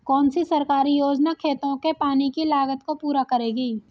कौन सी सरकारी योजना खेतों के पानी की लागत को पूरा करेगी?